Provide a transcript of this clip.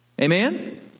amen